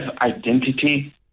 identity